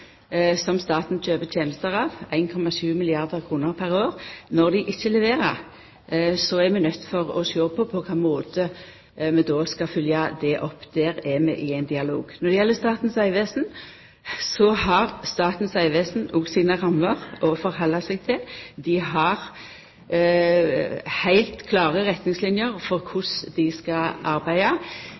som staten kjøper tenester av – 1,7 milliardar kr pr. år. Når dei ikkje leverer, er vi nøydde til å sjå på på kva måte vi skal følgja dette opp. Der er vi i ein dialog. Når det gjeld Statens vegvesen, har Statens vegvesen òg sine rammer å halda seg til. Dei har heilt klare retningslinjer for korleis dei skal